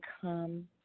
come